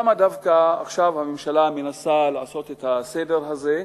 למה דווקא עכשיו הממשלה מנסה לעשות את הסדר הזה?